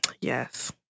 Yes